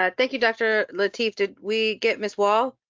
ah thank you, dr. lateef. did we get miss wall?